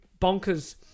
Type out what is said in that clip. bonkers